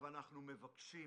אנחנו מבקשים